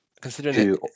considering